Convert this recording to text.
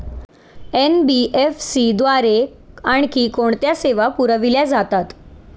NBFC द्वारे आणखी कोणत्या सेवा पुरविल्या जातात?